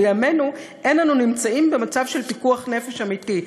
"בימינו אין אנו נמצאים במצב של פיקוח נפש אמיתי".